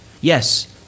Yes